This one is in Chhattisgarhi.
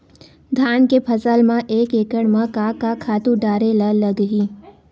धान के फसल म एक एकड़ म का का खातु डारेल लगही?